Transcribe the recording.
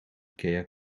ikea